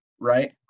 right